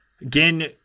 Again